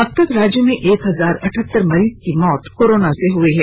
अब तक राज्य में एक हजार अठहत्तर मरीज की मौत कोरोना से हुई हैं